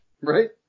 Right